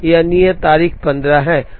यह नियत तारीख 15 है